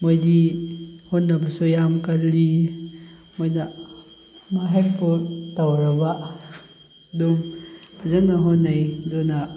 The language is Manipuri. ꯃꯣꯏꯗꯤ ꯍꯣꯠꯅꯕꯁꯨ ꯌꯥꯝ ꯀꯜꯂꯤ ꯃꯣꯏꯒ ꯑꯃ ꯍꯦꯛꯄꯨ ꯇꯧꯔꯕ ꯑꯗꯨꯝ ꯐꯖꯅ ꯍꯣꯠꯅꯩ ꯑꯗꯨꯅ